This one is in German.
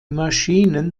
maschinen